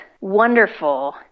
wonderful